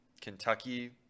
Kentucky